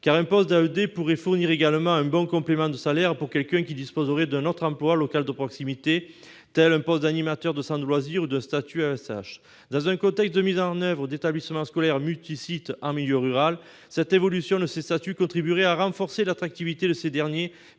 un poste d'AED pourrait fournir un bon complément de salaire à une personne qui disposerait d'un autre emploi local de proximité, tel qu'un poste d'animateur de centre de loisirs, ou d'un statut d'AESH. Dans un contexte de mise en oeuvre d'établissements scolaires multisites en milieu rural, l'évolution de ces statuts contribuerait à renforcer l'attractivité de ces derniers